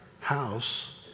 house